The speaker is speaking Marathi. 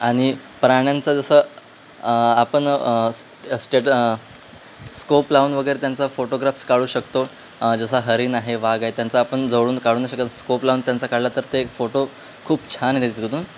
आणि प्राण्यांचं जसं आपण स्टेट स्कोप लावून वगैरे त्यांचा फोटोग्राफ्स काढू शकतो जसा हरीण आहे वाघ आहे त्यांचा आपण जवळून काढू नाही शकत स्कोप लावून त्यांचा काढला तर ते फोटो खूप छान येतात तिथून